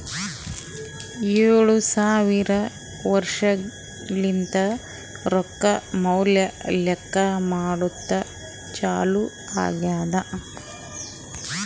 ಏಳು ಸಾವಿರ ವರ್ಷಲಿಂತೆ ರೊಕ್ಕಾ ಮ್ಯಾಲ ಲೆಕ್ಕಾ ಮಾಡದ್ದು ಚಾಲು ಆಗ್ಯಾದ್